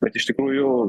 bet iš tikrųjų